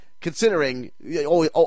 considering